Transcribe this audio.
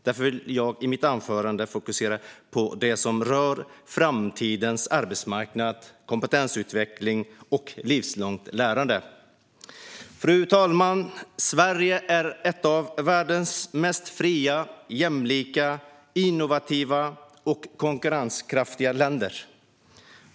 Därför vill jag i mitt anförande fokusera på det som rör framtidens arbetsmarknad, kompetensutveckling och livslångt lärande. Fru talman! Sverige är ett av världens mest fria, jämlika, innovativa och konkurrenskraftiga länder.